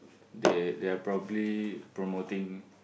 they they are probably promoting